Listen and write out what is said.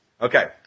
Okay